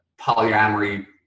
polyamory